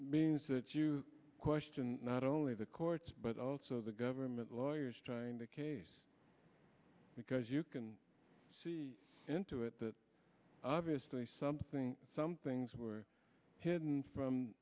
you question not only the courts but also the government lawyers trying the case because you can see into it that obviously something some things were hidden from